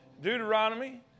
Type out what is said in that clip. Deuteronomy